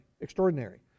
extraordinary